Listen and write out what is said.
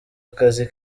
akazi